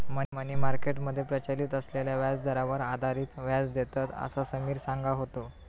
मनी market मध्ये प्रचलित असलेल्या व्याजदरांवर आधारित व्याज देतत, असा समिर सांगा होतो